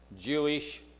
Jewish